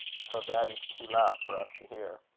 so that is too loud for us to hear.